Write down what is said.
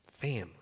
Family